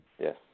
Yes